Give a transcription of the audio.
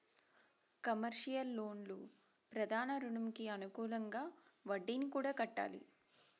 commercial లోన్లు ప్రధాన రుణంకి అనుకూలంగా వడ్డీని కూడా కట్టాలి